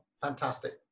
Fantastic